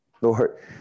Lord